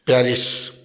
Paris